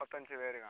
മുപ്പത്തഞ്ച് പേരെയോ